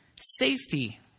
safety